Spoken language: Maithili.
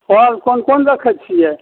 फल कोन कोन रक्खै छियै